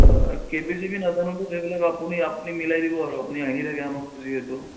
কে B C B নাজানোঁ সেইবিলাক আপুনি আপুনি মিলাই দিব আৰু আপুনি আহি থাকে আমাৰ যিহেতু